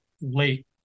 late